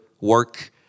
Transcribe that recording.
work